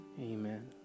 Amen